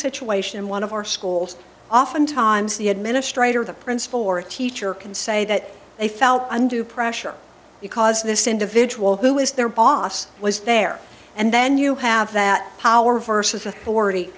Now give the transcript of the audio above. situation one of our schools oftentimes the administrator the principal or a teacher can say that they felt undue pressure because this individual who is their boss was there and then you have that power versus authority